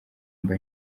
mba